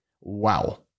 Wow